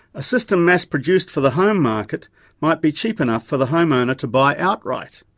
a system mass produced for the home market might be cheap enough for the home owner to buy outright.